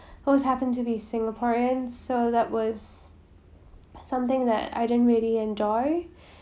always happened to be singaporean so that was something that I didn't really enjoy